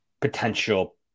potential